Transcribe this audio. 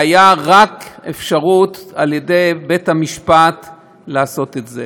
הייתה רק אפשרות על-ידי בית המשפט לעשות את זה.